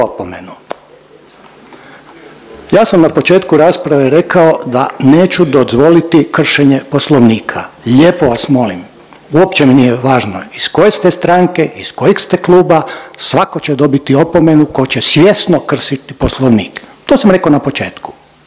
Ja sam na početku rasprave rekao da neću dozvoliti kršenje Poslovnika. Lijepo vas molim, uopće mi nije važno iz koje ste stranke, iz kojeg ste kluba, svako će dobiti opomenu tko će svjesno kršiti Poslovnik, to sam rekao na početku,